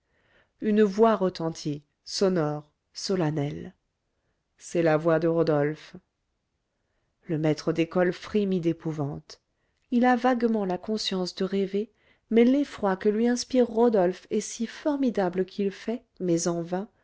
une voix retentit sonore solennelle c'est la voix de rodolphe le maître d'école frémit d'épouvante il a vaguement la conscience de rêver mais l'effroi que lui inspire rodolphe est si formidable qu'il fait mais en vain